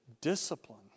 discipline